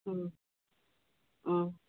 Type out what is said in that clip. ꯎꯝ ꯎꯝ